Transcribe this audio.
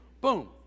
boom